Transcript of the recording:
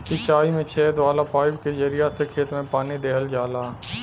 सिंचाई में छेद वाला पाईप के जरिया से खेत में पानी देहल जाला